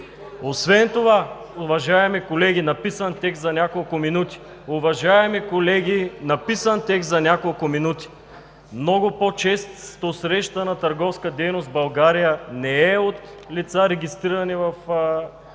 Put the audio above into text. Освен това, уважаеми колеги, написан текст за няколко минути. Много по-често срещана търговска дейност в България не е от лица, регистрирани в офшорни